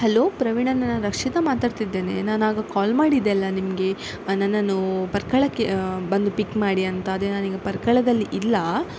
hello ಪ್ರವೀಣಣ್ಣ ನಾನು ರಕ್ಷಿತಾ ಮಾತಾಡ್ತಿದ್ದೇನೆ ನಾನು ಆಗ ಕಾಲ್ ಮಾಡಿದೆ ಅಲ್ಲ ನಿಮಗೆ ನನ್ನನ್ನೂ ಪರ್ಕಳಕ್ಕೆ ಬಂದು ಪಿಕ್ ಮಾಡಿ ಅಂತ ಅದೇ ನಾನೀಗ ಪರ್ಕಳದಲ್ಲಿ ಇಲ್ಲ